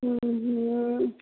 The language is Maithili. उँ हूँ